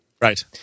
Right